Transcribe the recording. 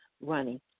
running